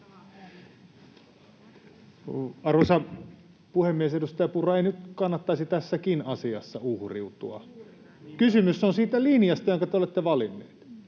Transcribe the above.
Arvoisa puhemies! Edustaja Purra, ei nyt kannattaisi tässäkin asiassa uhriutua. Kysymys on siitä linjasta, jonka te olette valinneet.